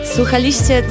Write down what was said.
Słuchaliście